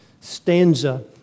stanza